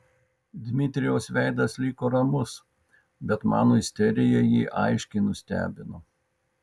dmitrijaus veidas liko ramus bet mano isterija jį aiškiai nustebino